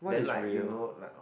then like you know like orh